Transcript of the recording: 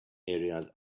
areas